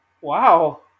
Wow